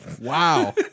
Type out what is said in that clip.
Wow